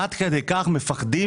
עד כדי כך מפחדים